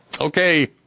Okay